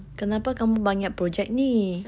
kenapa kamu banyak project ni